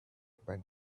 pine